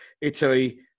Italy